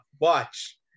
Watch